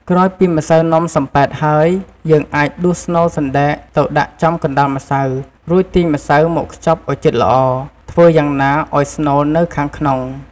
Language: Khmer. ក្រោយពីម្សៅនំសំប៉ែតហើយ យើងអាចដួសស្នូលសណ្ដែកទៅដាក់ចំកណ្ដាលម្សៅ រួចទាញម្សៅមកខ្ចប់ឲ្យជិតល្អ ធ្វើយ៉ាងណាឲ្យស្នូលនៅខាងក្នុង។